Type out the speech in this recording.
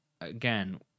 again